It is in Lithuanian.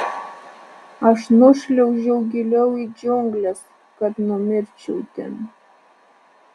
aš nušliaužiau giliau į džiungles kad numirčiau ten